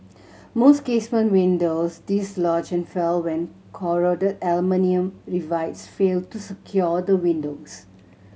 most casement windows dislodge and fall when corroded aluminium rivets fail to secure the windows